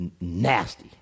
nasty